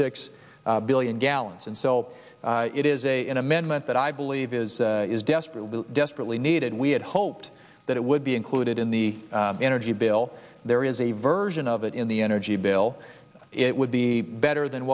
six billion gallons and so it is a an amendment that i believe is is desperately desperately needed we had hoped that it would be included in the energy bill there is a version of it in the energy bill it would be better than